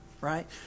right